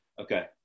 Okay